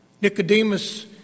Nicodemus